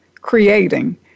creating